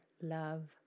love